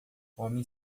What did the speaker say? homem